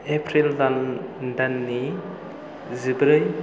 April दाननि जिब्रै